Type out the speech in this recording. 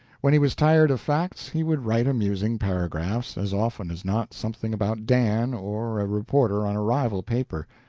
when he was tired of facts, he would write amusing paragraphs, as often as not something about dan, or a reporter on a rival paper.